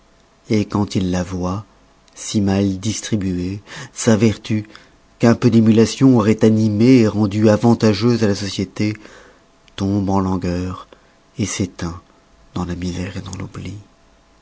et quand il la voit si mal distribuée sa vertu qu'un peu d'émulation auroit animée et rendu avantageuse à la société tombe en langueur s'éteint dans la misère et dans l'oubli